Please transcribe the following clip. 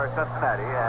Cincinnati